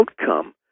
outcome